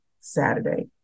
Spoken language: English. Saturday